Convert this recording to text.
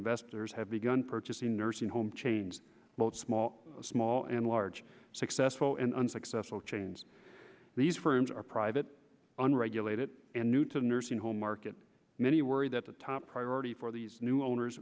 investors have begun purchasing nursing home chains both small small and large successful and unsuccessful chains these firms are private unregulated and new to the nursing home market many worry that the top priority for these new owners